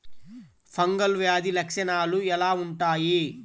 Fungal వ్యాధి లక్షనాలు ఎలా వుంటాయి?